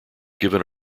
given